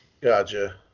gotcha